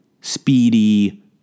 speedy